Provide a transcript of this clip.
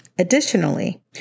Additionally